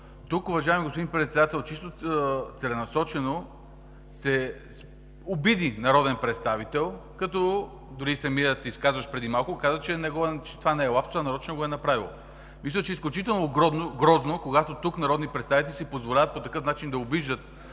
Тук, уважаеми господин Председател, чисто целенасочено се обиди народен представител, като дори самият изказващ преди малко каза, че това не е лапсус, а нарочно го е направил. Мисля, че е изключително грозно, когато тук народни представители си позволяват по такъв начин да обиждат